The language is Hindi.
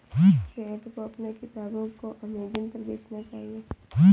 सैयद को अपने किताबों को अमेजन पर बेचना चाहिए